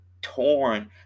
torn